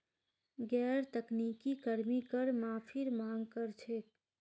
गैर तकनीकी कर्मी कर माफीर मांग कर छेक